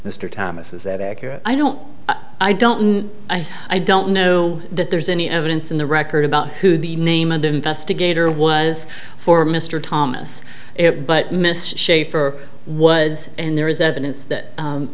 mr thomas is that accurate i don't i don't i don't know that there's any evidence in the record about who the name of the investigator was for mr thomas it but mr shafer was and there is evidence that